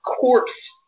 corpse